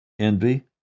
Envy